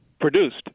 Produced